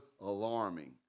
alarming